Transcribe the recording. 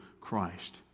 Christ